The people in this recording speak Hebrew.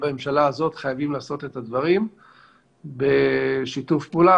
בממשלה הזאת חייבים לעשות את הדברים בשיתוף פעולה.